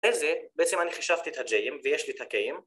‫אחרי זה, בעצם אני חישבתי את ה-J'ים ‫ויש לי את ה-K'ים.